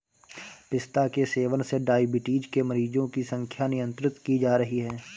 पिस्ता के सेवन से डाइबिटीज के मरीजों की संख्या नियंत्रित की जा रही है